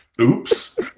Oops